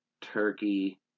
turkey